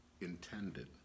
intended